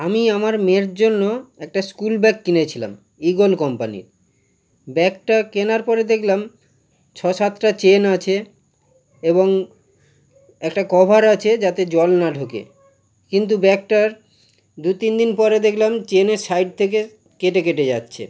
আমি আমার মেয়ের জন্য একটা স্কুল ব্যাগ কিনেছিলাম ঈগল কম্পানির ব্যাগটা কেনার পরে দেখলাম ছ সাতটা চেন আছে এবং একটা কভার আছে যাতে জল না ঢোকে কিন্তু ব্যাগটার দু তিন দিন পরে দেখলাম চেনের সাইড থেকে কেটে কেটে যাচ্ছে